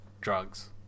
drugs